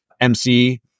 MC